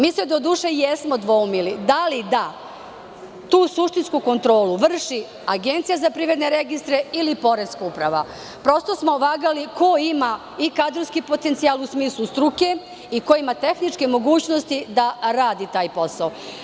Mi se doduše jesmo dvoumili da li da tu suštinsku kontrolu vrši Agencija za privredne registre ili Poreska uprava, prosto smo vagali ko ima i kadrovski potencijal u smislu struke i ko ima tehničke mogućnosti da radi taj posao.